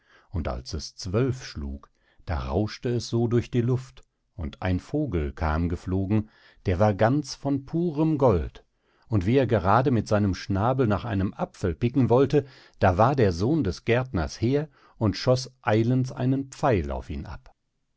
und als es zwölf schlug da rauschte es so durch die luft und ein vogel kam geflogen der war ganz von purem gold und wie er gerade mit seinem schnabel nach einem apfel picken wollte da war der sohn des gärtners her und schoß eilends einen pfeil auf ihn ab